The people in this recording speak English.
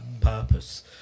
purpose